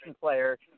player